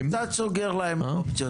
המקרה הזה קצת סוגר להם אופציות.